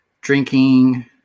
drinking